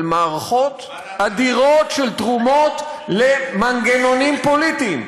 על מערכות אדירות של תרומות למנגנונים פוליטיים,